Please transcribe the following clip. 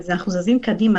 אנחנו זזים קדימה.